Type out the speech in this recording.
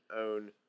own